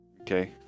Okay